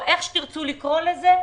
או איך שתרצו לקרוא לזה,